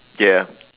ya